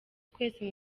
twese